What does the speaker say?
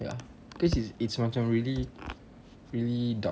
ya cause it's it's macam really really dark